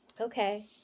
Okay